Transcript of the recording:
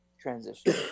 transition